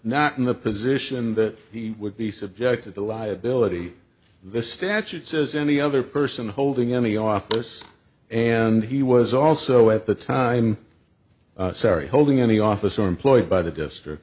not in the position that he would be subjected to liability the statute says any other person holding any office and he was also at the time sorry holding any office or employed by the district